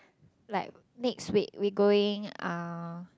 like next week we going uh